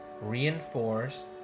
reinforce